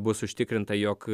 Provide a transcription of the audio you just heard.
bus užtikrinta jog